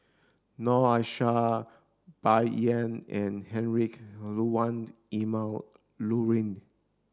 Noor Aishah Bai Yan and Heinrich Ludwig Emil Luering